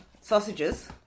sausages